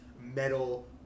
metal